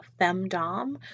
femdom